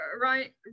right